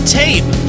tape